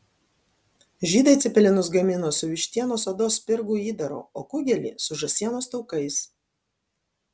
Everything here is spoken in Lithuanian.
žydai cepelinus gamino su vištienos odos spirgų įdaru o kugelį su žąsienos taukais